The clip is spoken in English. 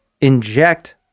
inject